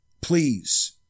Please